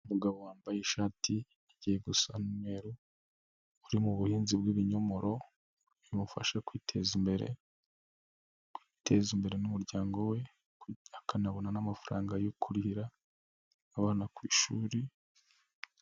Umugabo wambaye ishati igiye gusa n'umweru, uri mu buhinzi bw'ibinyomoro bimufasha kwiteza imbere, no guteza imbere n'umuryango we akanabona n'amafaranga yo kurihira abana ku ishuri.